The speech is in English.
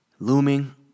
Looming